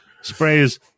sprays